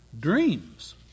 dreams